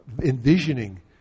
envisioning